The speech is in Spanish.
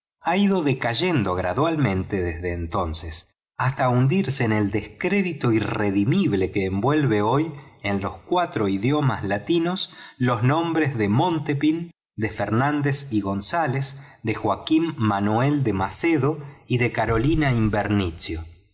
ha ido decayendo gradualmente desde entonces hasta hundirse en el descrédito irredimible que envuelve hoy en los cuatro idiomas latinos los nombres de montépin do fernández y gonzález de joaquina manoel de líacedo y de carolina inverniazio